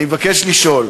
אני מבקש לשאול: